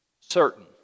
Certain